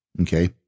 Okay